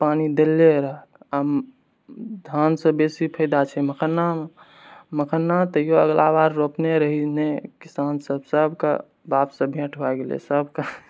पानि देले रहऽ आओर धानसँ बेसी फायदा छै मखानामे मखाना तइयौ अगिला बेर रोपने रहै ने किसान सब सबकेँ बापसँ भेँट भए गेलै सबके